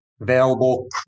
available